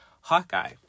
Hawkeye